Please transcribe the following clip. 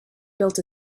built